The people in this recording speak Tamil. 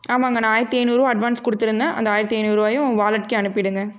ஆமாங்க நான் ஆயிரத்தி ஐநூறுபாய் அட்வான்ஸ் கொடுத்துருந்த அந்த ஆயிரத்தி ஐநூறுபாயும் வாலெட்டுகே அனுப்பிடுங்கள்